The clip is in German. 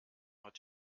hat